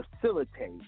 facilitate